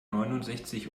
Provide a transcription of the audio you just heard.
neunundsechzig